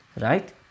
right